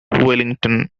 wellington